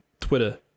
Twitter